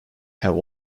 have